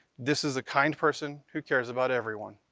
this is a kind person who cares about everyone,